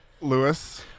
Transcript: lewis